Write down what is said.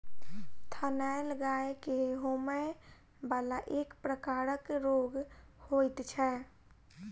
थनैल गाय के होमय बला एक प्रकारक रोग होइत छै